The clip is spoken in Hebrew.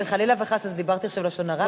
אוי, חלילה וחס, אז דיברתי עכשיו לשון הרע?